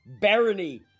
barony